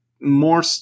more